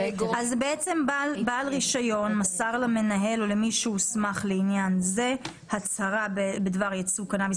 "בעל רישיון מסר למנהל או למי שהוסמך לעניין זה הצהרה בדבר ייצוא קנאביס